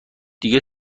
دیگه